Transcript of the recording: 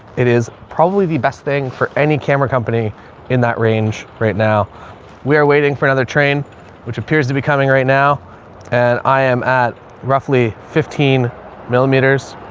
it is probably the best thing for any camera company in that range. right now we are waiting for another train which appears to be coming right now and i am at roughly fifteen millimeters.